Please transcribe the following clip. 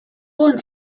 want